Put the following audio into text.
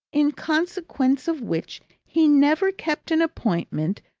in consequence of which he never kept an appointment,